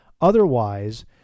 Otherwise